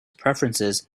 preferences